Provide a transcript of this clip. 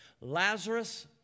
Lazarus